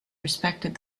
respected